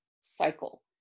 cycle